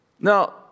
Now